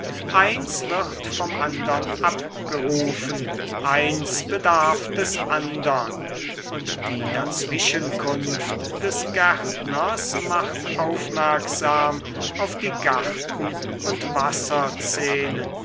eins wird vom andern abgerufen eins bedarf des andern und die dazwischenkunft des gärtners macht aufmerksam auf die garten und